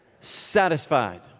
Satisfied